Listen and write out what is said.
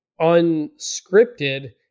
unscripted